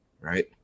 Right